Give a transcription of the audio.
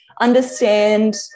understand